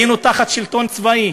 היינו תחת שלטון צבאי